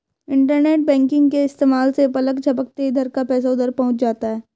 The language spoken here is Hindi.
इन्टरनेट बैंकिंग के इस्तेमाल से पलक झपकते इधर का पैसा उधर पहुँच जाता है